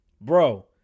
bro